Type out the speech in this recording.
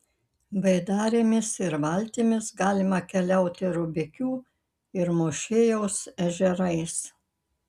baidarėmis ir valtimis galima keliauti rubikių ir mūšėjaus ežerais